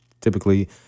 typically –